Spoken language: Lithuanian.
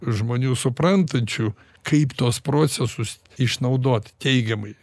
žmonių suprantančių kaip tuos procesus išnaudot teigiamai